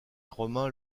romains